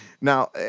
Now